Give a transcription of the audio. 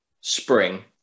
spring